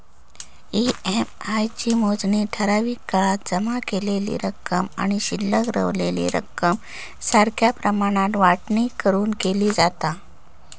EMI ची मोजणी ठराविक काळात जमा केलेली रक्कम आणि शिल्लक रवलेली रक्कम सारख्या प्रमाणात वाटणी करून केली जाता